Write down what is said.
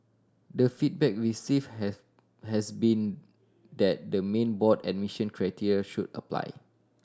the feedback receive have has been that the main board admission criteria should apply